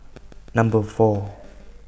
Number four